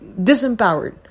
disempowered